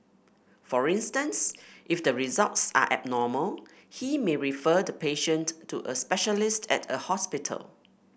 for instance if the results are abnormal he may refer the patient to a specialist at a hospital